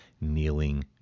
kneeling